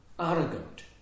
Arrogant